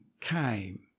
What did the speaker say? came